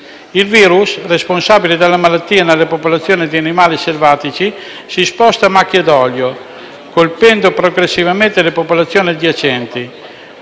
Il virus responsabile della malattia nelle popolazioni di animali selvatici si sposta a macchia d'olio, colpendo progressivamente le popolazioni adiacenti.